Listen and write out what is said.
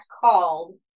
called